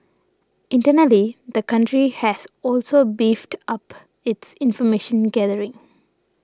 internally the country has also beefed up its information gathering